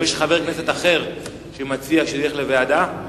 אם יש חבר כנסת אחר שמציע שנלך לוועדה,